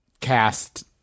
cast